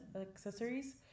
accessories